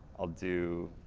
i'll do